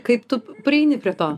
kaip tu prieini prie to